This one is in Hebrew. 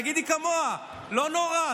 תגידי כמוה, לא נורא.